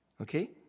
Okay